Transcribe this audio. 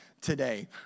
today